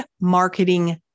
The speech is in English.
marketing